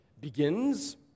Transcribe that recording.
begins